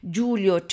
Giulio